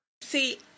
See